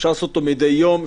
אפשר לעשות אותו מדי יום,